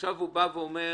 הוא בא ואומר: